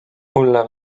õlle